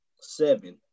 seven